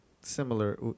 similar